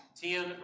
ten